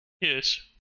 Yes